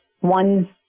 one